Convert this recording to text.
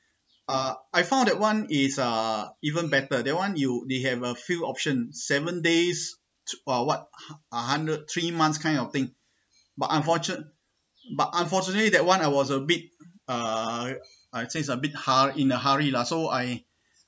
uh I found that one is uh even better that one you they have a few options seven days uh what hun~ a hundred three months kind of thing but unfortunate but unfortunately that one I was a bit uh uh since a bit hur~ in a hurry lah so I